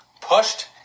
pushed